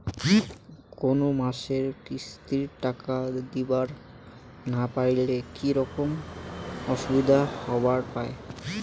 কোনো মাসে কিস্তির টাকা দিবার না পারিলে কি রকম অসুবিধা হবার পায়?